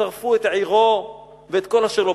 שרפו את עירו ואת כל אשר לו.